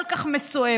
כל כך מסואבת,